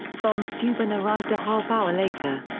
von steuben arrived a half hour later.